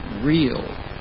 real